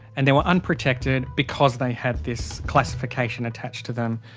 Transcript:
and they were unprotected because they had this classification attached to them.